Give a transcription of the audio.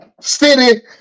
city